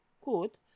quote